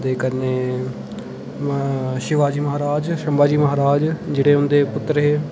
दे कन्नै Shivaji Maharaj Shivaji Maharaj जेह्ड़े उं'दे पुत्तर हे